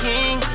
King